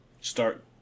start